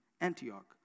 Antioch